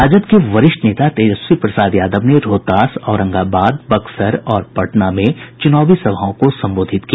राजद के वरिष्ठ नेता तेजस्वी प्रसाद यादव ने रोहतास औरंगाबाद बक्सर और पटना जिले में चूनावी सभाओं को संबोधित किया